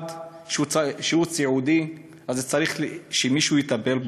אחד, שהוא סיעודי, אז צריך שמישהו יטפל בו.